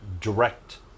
direct